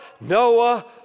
Noah